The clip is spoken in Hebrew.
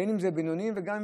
בין אם זה בינוניים או קלים.